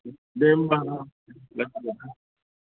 दे होमब्ला अ दे दे